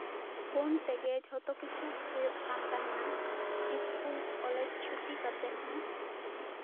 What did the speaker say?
phone ᱛᱮᱜᱮ ᱡᱚᱛᱚ ᱠᱤᱪᱷᱩ ᱦᱳᱭᱳᱜ ᱠᱟᱱ ᱛᱟᱦᱮᱱᱟ ᱤᱥᱠᱩᱞ ᱠᱚᱞᱮᱡᱽ ᱪᱷᱩᱴᱤ ᱠᱟᱛᱮᱜ ᱦᱚᱸ